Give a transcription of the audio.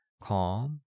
calm